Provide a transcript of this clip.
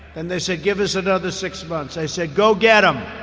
then they said, give us another six months. i said, go get them.